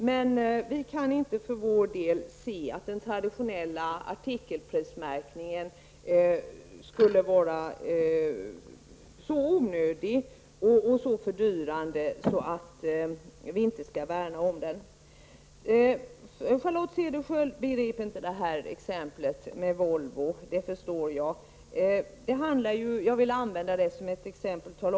Men vi kan för vår del inte se att den traditionella artikelprismärkningen är så onödig och fördyrande att man inte bör värna om den. Charlotte Cederschiöld förstår tydligen inte vad jag menade med mitt exempel med Volvo, och det förstår jag.